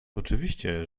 oczywiście